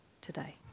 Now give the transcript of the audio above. today